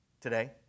today